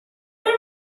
very